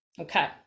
Okay